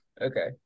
Okay